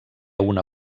una